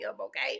okay